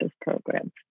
programs